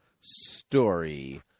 story